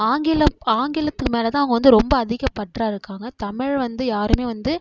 ஆங்கிலம் ஆங்கிலத்து மேலே தான் அவங்க வந்து ரொம்ப அதிக பற்றாக இருக்காங்க தமிழ் வந்து யாருமே வந்து